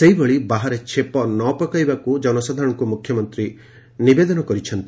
ସେହିଭଳି ବାହାରେ ଛେପ ନପକାଇବାକୁ ଜନସାଧାରଣଙ୍କୁ ମୁଖ୍ୟମନ୍ତୀ ଅପିଲ କରିଛନ୍ତି